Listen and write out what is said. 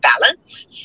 balance